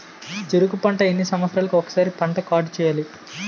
చెరుకు పంట ఎన్ని సంవత్సరాలకి ఒక్కసారి పంట కార్డ్ చెయ్యాలి?